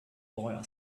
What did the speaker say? boy